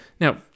Now